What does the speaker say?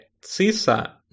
CISA